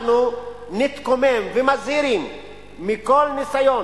אנחנו נתקומם ואנחנו מזהירים מכל ניסיון